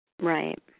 Right